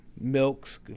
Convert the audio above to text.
Milks